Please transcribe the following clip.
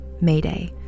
Mayday